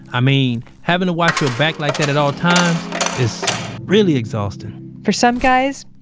i mean having to watch your back like that at all times is really exhausting for some guys,